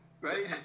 right